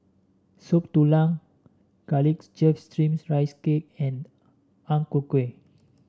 Soup Tulang Garlic Chives Steamed Rice Cake and Ang Ku Kueh